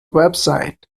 website